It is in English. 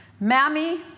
Mammy